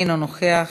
אינו נוכח,